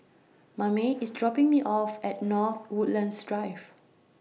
Mame IS dropping Me off At North Woodlands Drive